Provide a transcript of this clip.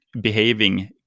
behaving